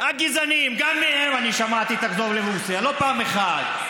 גם מהם אני שמעתי: תחזור לרוסיה, לא פעם אחת.